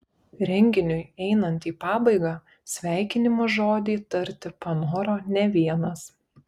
renginiui einant į pabaigą sveikinimo žodį tarti panoro ne vienas